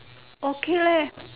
okay leh